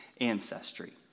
ancestry